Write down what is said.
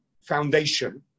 foundation